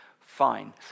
fine